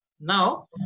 now